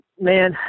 man